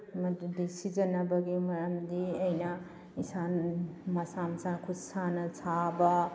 ꯃꯗꯨꯗꯤ ꯁꯤꯖꯟꯅꯕꯒꯤ ꯃꯔꯝꯗꯤ ꯑꯩꯅ ꯏꯁꯥꯅ ꯃꯁꯥ ꯃꯁꯥꯅ ꯈꯨꯠ ꯁꯥꯅ ꯁꯥꯕ